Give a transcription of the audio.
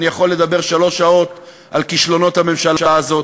אני יכול לדבר שלוש שעות על כישלונות הממשלה הזאת.